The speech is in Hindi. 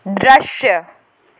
दृश्य